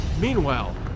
Meanwhile